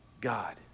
God